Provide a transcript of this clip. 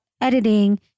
editing